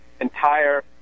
entire